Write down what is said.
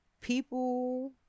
people